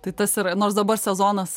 tai tas yra nors dabar sezonas